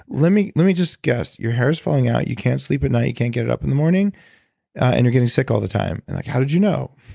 let me let me just guess. your hair's falling out, you can't sleep at night you can't get it up in the morning and you're getting sick all the time. and they're like how did you know?